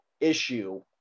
issue